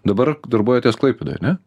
dabar darbuojatės klaipėdoj ane